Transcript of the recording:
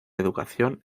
educación